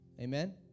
Amen